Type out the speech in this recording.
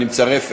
אני קובע